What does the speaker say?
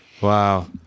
wow